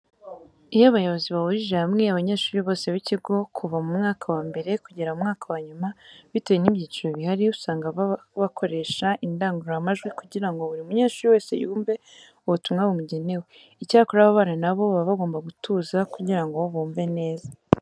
Iyo abayobozi bahurije hamwe abanyeshuri bose b'ikigo kuva mu mwaka wa mbere kugera mu mwaka wa nyuma bitewe n'ibyiciro bihari, usanga bakoresha indangururamajwi kugira ngo buri munyeshuri wese yumve ubutumwa bumugenewe. Icyakora, aba bana na bo baba bagomba gutuza kugira ngo bumve neza.